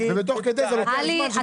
ותוך כדי זה לוקח זמן כשדנים עליה.